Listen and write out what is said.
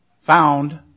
found